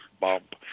bump